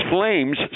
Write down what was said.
flames